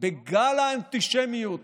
בגל האנטישמיות